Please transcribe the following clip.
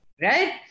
Right